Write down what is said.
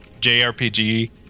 JRPG